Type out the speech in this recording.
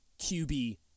QB